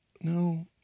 no